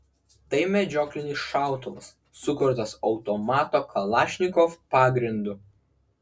tai medžioklinis šautuvas sukurtas automato kalašnikov pagrindu